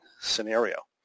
scenario